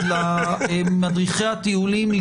למדריכי הטיולים,